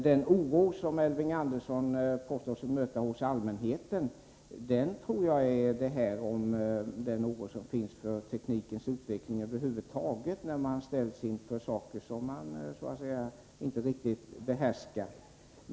Den oro som Elving Andersson påstår sig möta hos allmänheten tror jag hänger samman med den oro som finns över teknikens utveckling över huvud taget, där man ställs inför saker som man inte riktigt behärskar.